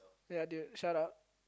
ya dude shut up